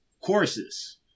courses